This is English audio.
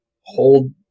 hold